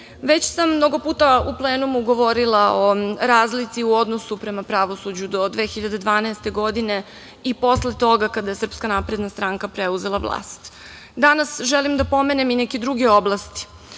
sam mnogo puta u plenumu govorila o razlici u odnosu prema pravosuđu do 2012. godine i posle toga kada je SNS preuzela vlast. Danas želim da pomenem i neke druge oblasti.